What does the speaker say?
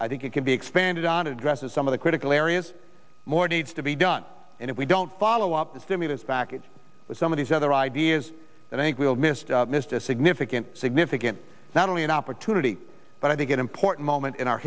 i think it can be expanded on addresses some of the critical areas more needs to be done and if we don't follow up the stimulus package with some of these other ideas that i think we'll miss missed a significant significant not only an opportunity but i think it important moment in our